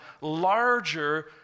larger